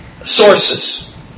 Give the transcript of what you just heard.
Sources